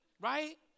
Right